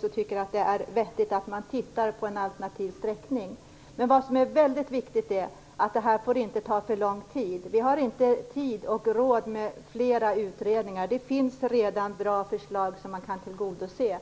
hon tycker att det är vettigt att man tittar på en alternativ sträckning. Men vad som är väldigt viktigt är att det här inte får ta för lång tid. Vi har inte tid och råd med flera utredningar. Det finns redan bra förslag som man kan tillgodose.